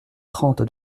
trente